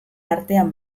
artean